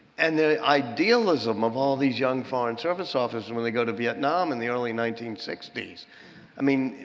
and the idealism of all of these young foreign service officers when they go to vietnam in the early nineteen sixty s i mean,